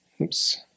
Oops